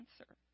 answer